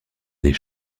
des